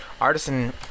Artisan